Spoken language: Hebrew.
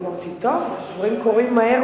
אמרתי: טוב, דברים קורים מהר